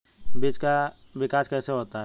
बीज का विकास कैसे होता है?